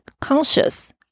Conscious